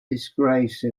disgrace